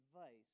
advice